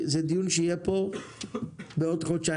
זה דיון שיהיה פה בעוד חודשיים.